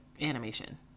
animation